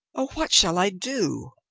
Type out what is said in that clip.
oh, what shall i do!